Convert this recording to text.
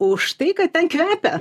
už tai kad ten kvepia